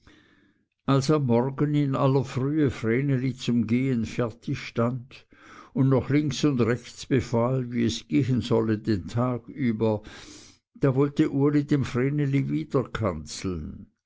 am morgen in aller frühe vreneli zum gehen fertig stund und noch links und rechts befahl wie es gehen solle den tag über da wollte uli dem vreneli wieder kanzeln